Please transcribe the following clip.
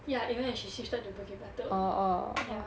ya even if she shifted to bukit batok ya